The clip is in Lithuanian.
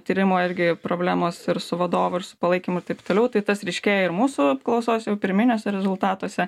tyrimo irgi problemos ir su vadovu ir su palaikymu ir taip toliau tai tas ryškėja ir mūsų apklausos jau pirminiuose rezultatuose